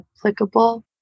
applicable